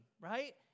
right